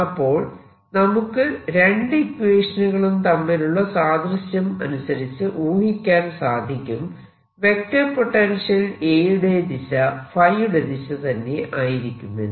അപ്പോൾ നമുക്ക് രണ്ട് ഇക്വേഷനുകളും തമ്മിലുള്ള സാദൃശ്യം അനുസരിച്ച് ഊഹിക്കാൻ സാധിക്കും വെക്റ്റർ പൊട്ടൻഷ്യൽ A യുടെ ദിശ ϕ യുടെ ദിശ തന്നെ ആയിരിക്കുമെന്ന്